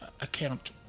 account